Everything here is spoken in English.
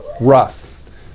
rough